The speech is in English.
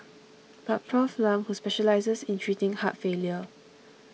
but Prof Lam who specialises in treating heart failure